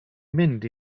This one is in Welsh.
mynd